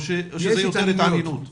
או שזה יותר התעניינות?